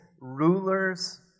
rulers